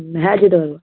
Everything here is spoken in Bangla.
হ্যাঁ যেতে পারবো